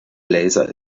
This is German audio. laser